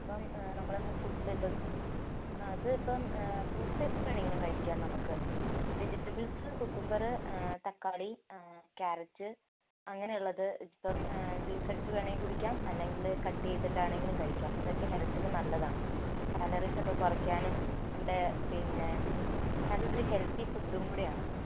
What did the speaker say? അപ്പം നമ്മളുടെ ഫുഡ്ഡ് ഇപ്പം അത് ഇപ്പം ഫ്രൂട്ട്സ് എന്ത് വേണമെങ്കിലും കഴിക്കാം നമുക്ക് വെജിറ്റബിൾസ് കുക്കുമ്പർ തക്കാളി ക്യാരറ്റ് അങ്ങനെ ഉള്ളത് ഇപ്പം ജ്യൂസ് അടിച്ച് വേണമെങ്കിൽ കുടിക്കാം അല്ലെങ്കിൽ കട്ട് ചെയ്തിട്ട് ആണെങ്കിലും കഴിക്കാം ഇതൊക്കെ ഹെൽത്തിന് നല്ലതാണ് കലോറീസൊക്കെ കുറയ്ക്കാനും നമ്മുടെ പിന്നെ നല്ലൊരു ഹെൽത്തി ഫുഡ്ഡും കൂടെ ആണ്